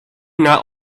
not